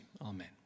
amen